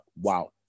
wow